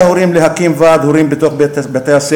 ההורים להקים ועד הורים בתוך בתי-הספר,